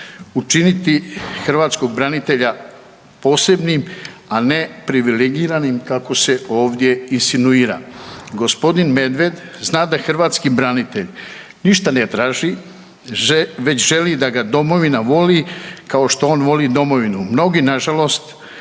učiniti hrvatskog branitelja posebnim, a ne privilegiranim kako se ovdje insinuira. Gospodin Medved zna da hrvatski branitelj ništa ne traži već želi da ga Domovina voli kao što on voli Domovinu. Mnogi na žalost